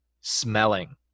smelling